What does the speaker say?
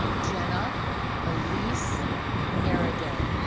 jenna elisa maradei